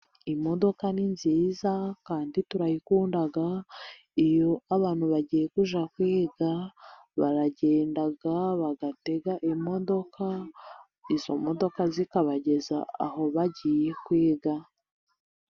Imodoka ni nziza kandi turayikunda, iyo abantu bagiye kujya kwiga, baragenda bagatega imodoka, izo modoka zikabageza aho bagiye kwiga.